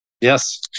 Yes